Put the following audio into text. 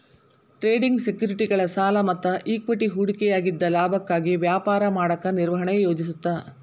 trading ಸೆಕ್ಯುರಿಟಿಗಳ ಸಾಲ ಮತ್ತ ಇಕ್ವಿಟಿ ಹೂಡಿಕೆಯಾಗಿದ್ದ ಲಾಭಕ್ಕಾಗಿ ವ್ಯಾಪಾರ ಮಾಡಕ ನಿರ್ವಹಣೆ ಯೋಜಿಸುತ್ತ